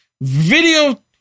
Video